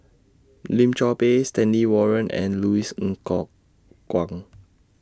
Lim Chor Pee Stanley Warren and Louis Ng Kok Kwang